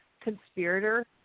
conspirator